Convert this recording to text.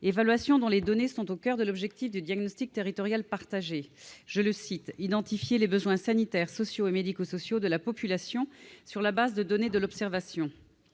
évaluations dont les données sont au coeur de l'objectif du diagnostic territorial partagé :« Identifier les besoins sanitaires, sociaux et médico-sociaux de la population sur la base de données d'observation.